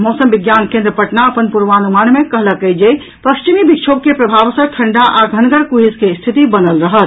मौसम विज्ञान केन्द्र पटना अपन पूर्वानुमान मे कहलक अछि जे पश्चिमी विक्षोभ के प्रभाव सँ ठंडा आ घनगर कुहेस के स्थिति बनल रहत